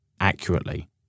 accurately